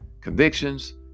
convictions